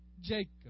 Jacob